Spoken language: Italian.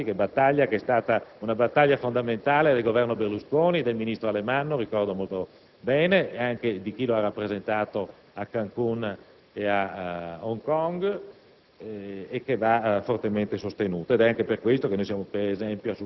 mi riferisco al WTO - per sostenere con decisione le nostre indicazioni geografiche, battaglia che è stata fondamentale per il Governo Berlusconi e per il ministro Alemanno, lo ricordo bene, e anche per chi lo ha rappresentato a Cancun e a Hong Kong;